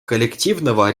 коллективного